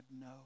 no